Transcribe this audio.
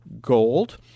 Gold